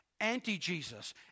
anti-Jesus